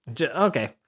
Okay